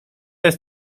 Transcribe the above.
jest